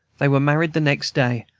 they were married the next day,